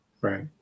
Right